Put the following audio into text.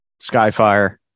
Skyfire